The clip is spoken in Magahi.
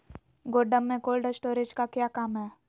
गोडम में कोल्ड स्टोरेज का क्या काम है?